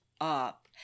up